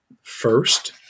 First